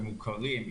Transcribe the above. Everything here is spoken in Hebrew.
הם מוכרים.